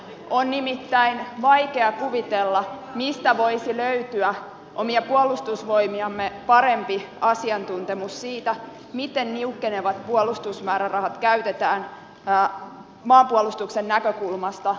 on nimittäin vaikea kuvitella mistä voisi löytyä omia puolustusvoimiamme parempi asiantuntemus siitä miten niukkenevat puolustusmäärärahat käytetään maanpuolustuksen näkökulmasta tarkoituksenmukaisimmalla tavalla